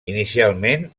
inicialment